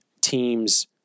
teams